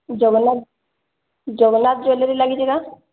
Jagannath Jagannath jewellery ଲାଗିଛି ନା